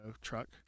truck